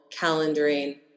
calendaring